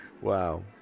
Wow